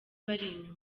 bari